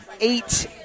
Eight